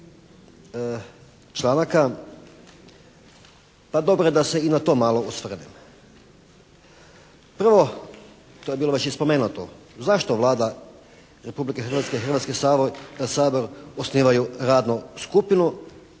pa dobro da se i na to malo osvrnem. Prvo, to je bilo već i spomenuto, zašto Vlada Republike Hrvatske, Hrvatski sabor osnivaju radnu skupinu